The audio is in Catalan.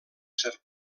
cert